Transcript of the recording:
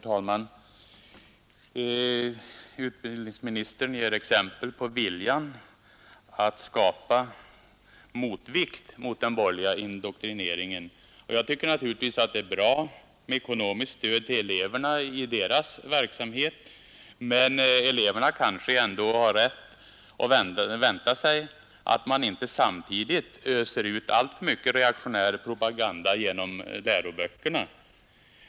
Herr talman! Utbildningsministern ger exempel på viljan att skapa motvikt mot den borgerliga indoktrineringen. Jag tycker naturligtvis att det är bra med ekonomiskt stöd till eleverna + deras verksamhet, men eleverna kanske ändå har rätt att vänta sig att man inte samtidigt öser ut alltför mycket reaktionär propaganda genom läroböckerna.